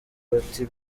bati